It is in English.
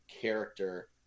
character